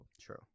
True